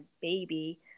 baby